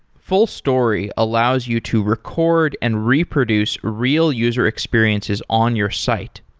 fullstory allows you to record and reproduce real user experiences on your site.